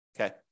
okay